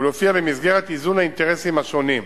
ולפיה במסגרת איזון האינטרסים השונים,